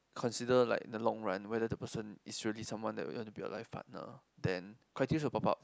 consider like the long run whether the person is really someone that you want to be your life partner then criterias will popped out